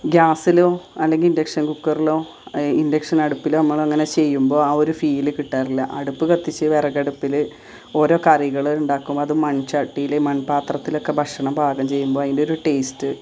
ഗ്യാസിലോ അല്ലെങ്കിൽ ഇൻ്റക്ഷൻ കുക്കറിലോ ഇൻ്റക്ഷൻ അടുപ്പിലോ നമ്മളങ്ങനെ ചെയ്യുമ്പോൾ ആ ഒരു ഫീല് കിട്ടാറില്ല അടുപ്പ് കത്തിച്ച് വിറകടുപ്പിൽ ഓരോ കറികൾ ഉണ്ടാക്കുമ്പോൾ അത് മൺചട്ടിയിൽ മൺപാത്രത്തിലൊക്കെ ഭക്ഷണം പാകം ചെയ്യുമ്പോൾ അതിൻ്റെയൊരു ടേയ്സ്റ്റ്